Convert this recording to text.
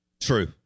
true